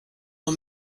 nur